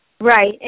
Right